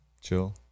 Chill